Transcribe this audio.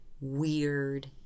weird